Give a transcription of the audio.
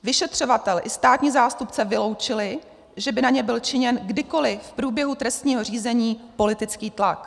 Vyšetřovatel i státní zástupce vyloučili, že by na ně byl činěn kdykoliv v průběhu trestního řízení politický tlak.